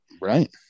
Right